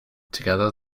together